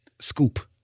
scoop